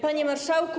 Panie Marszałku!